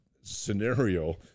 scenario